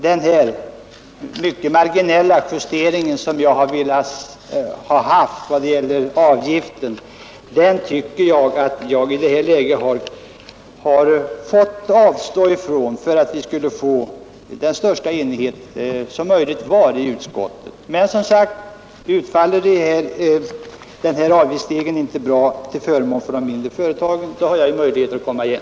Den mycket marginella justering som jag har önskat beträffande avgiften har jag i detta läge ansett mig böra avstå från för att vi skulle uppnå största möjliga enighet i utskottet. Men, som sagt, utfaller avgiftsstegen inte bra för de mindre företagen har jag möjlighet att komma igen.